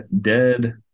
Dead